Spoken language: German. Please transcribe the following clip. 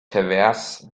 pervers